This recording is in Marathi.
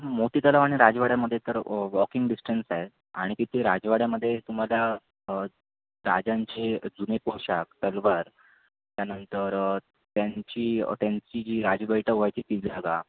मोतीतलाव आणि राजवाड्यामध्ये तर वॉकिंग डिस्टन्स आहे आणि तिथे राजवाड्यामध्ये तुम्हाला राजांचे जुने पोशाख तलवार त्यानंतर त्यांची त्यांची जी राजबैठक व्हायची ती जागा